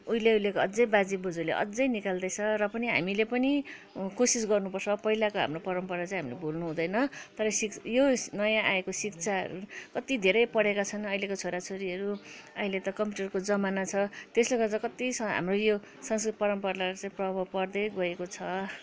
उहिले उहिलेको अझै बाजे बोजूहरूले अझै निकाल्दैछ र पनि हामीले पनि कोसिस गर्नुपर्छ पहिलाको हाम्रो परम्परा चाहिँ हामीले भुल्नु हुँदैन तर शि यो नयाँ आएको शिक्षा कति धेरै पढेका छन् अहिलेको छोरा छोरीहरू अहिले त कम्पुटरको जमाना छ त्यसले गर्दा कति स हाम्रो यो संस्कृति परम्परालाई चाहिँ प्रभाव पर्दै गएको छ